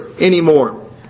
anymore